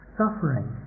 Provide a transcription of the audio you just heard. suffering